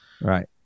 Right